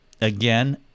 again